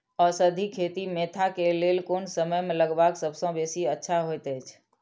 औषधि खेती मेंथा के लेल कोन समय में लगवाक सबसँ बेसी अच्छा होयत अछि?